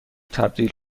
تبدیل